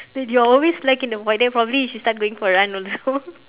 that you're always slack in the void deck probably you should go for run also